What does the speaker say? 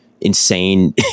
insane